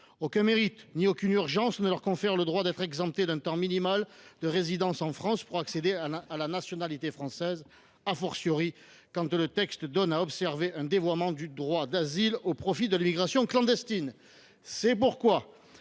Aucun mérite ni aucune urgence ne leur confèrent le droit d’être exempté d’un temps minimal de résidence en France pour accéder à la nationalité française, quand le texte donne à observer un dévoiement du droit d’asile au profit de l’immigration clandestine. Aussi,